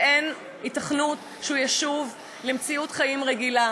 ואין היתכנות שהוא ישוב למציאות חיים רגילה,